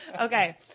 okay